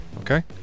Okay